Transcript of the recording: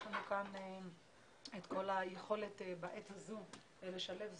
יש לנו כאן את כל היכולת בעת הזו לשלב זרועות.